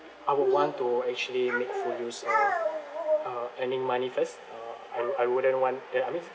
I would want to actually make full use of uh earning money first uh I I wouldn't want uh I mean